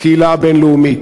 הקהילה הבין-לאומית.